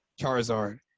Charizard